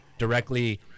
directly